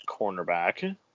cornerback